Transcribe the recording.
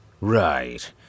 right